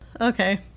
Okay